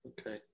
Okay